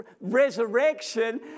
resurrection